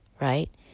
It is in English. right